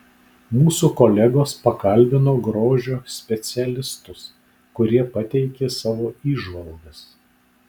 mūsų kolegos pakalbino grožio specialistus kurie pateikė savo įžvalgas